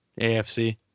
AFC